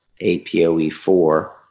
APOE4